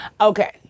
Okay